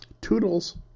Toodles